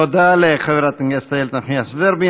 תודה לחברת הכנסת איילת נחמיאס ורבין.